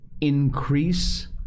increase